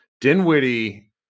Dinwiddie